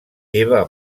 eva